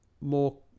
more